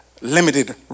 limited